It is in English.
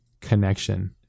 connection